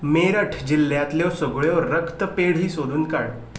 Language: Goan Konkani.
मेरठ जिल्ल्यांतल्यो सगळ्यो रक्तपेढी सोदून काड